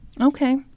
Okay